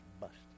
busted